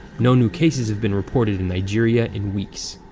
no new cases have been reported in nigeria in weeks.